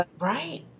Right